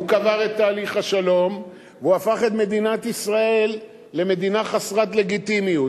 הוא קבר את תהליך השלום והוא הפך את מדינת ישראל למדינה חסרת לגיטימיות,